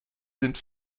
sind